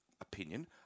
opinion